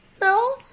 no